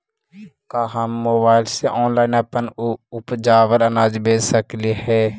का हम मोबाईल से ऑनलाइन अपन उपजावल अनाज बेच सकली हे?